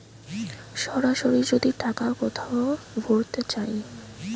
সরাসরি যদি টাকা কোথাও ভোরতে চায়